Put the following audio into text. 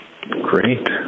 Great